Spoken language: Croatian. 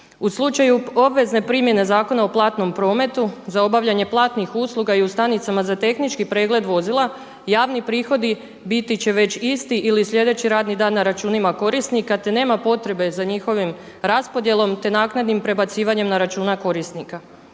U slučaju obvezne primjene Zakona o platnom prometu za obavljanje platnih usluga i u stanicama za tehnički pregled vozila javni prihodi biti će već isti ili sljedeći radni dan na računima korisnika te nema potrebe za njihovom raspodjelom te naknadnim prebacivanjem na račun korisnika.